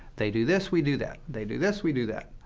they do this we do that. they do this we do that.